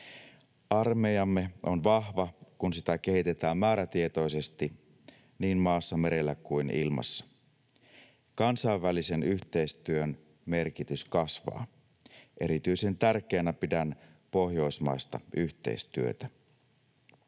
Armeijamme on vahva, kun sitä kehitetään määrätietoisesti niin maassa, merellä kuin ilmassa. Kansainvälisen yhteistyön merkitys kasvaa. Erityisen tärkeänä pidän pohjoismaista yhteistyötä.